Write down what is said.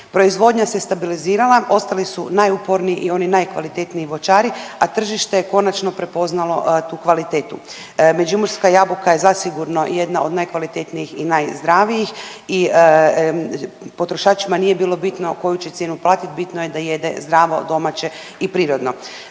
Proizvodnja se stabilizirala, ostali su najuporniji i oni najkvalitetniji voćari, a tržište je konačno prepoznalo tu kvalitetu. Međimurska jabuka je zasigurno jedna od najkvalitetnijih i najzdravijih i potrošačima nije bilo bitno koju će cijenu platit bitno je da jede zdravo, domaće i prirodno.